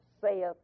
saith